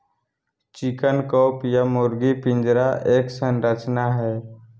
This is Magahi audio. चिकन कॉप या मुर्गी पिंजरा एक संरचना हई,